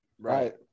Right